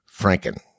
franken